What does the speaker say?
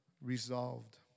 resolved